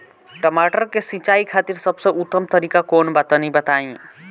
टमाटर के सिंचाई खातिर सबसे उत्तम तरीका कौंन बा तनि बताई?